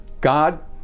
God